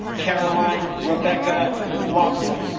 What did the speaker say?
caroline rebecca watson